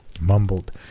Mumbled